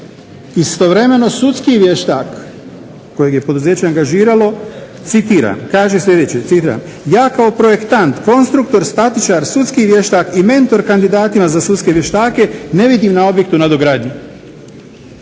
Istovremeno sudski vještak kojeg je poduzeće angažiralo, citiram, kaže sljedeće: ja kao projektant, konstruktor, statičar, sudski vještak i mentor kandidatima za sudske vještake ne vidim na objektu nadogradnju.